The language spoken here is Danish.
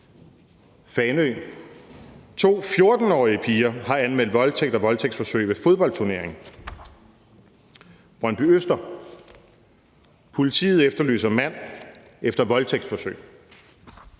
Fanø: To 14-årige piger har anmeldt voldtægt og voldtægtsforsøg ved fodboldturnering. Brøndbyøster: Politiet efterlyser mand efter voldtægtsforsøg.